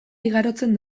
igarotzen